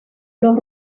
los